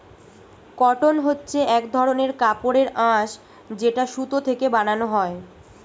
cotton হচ্ছে এক ধরনের কাপড়ের আঁশ যেটা সুতো থেকে বানানো হয়